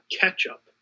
Ketchup